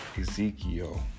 Ezekiel